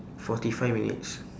forty five minutes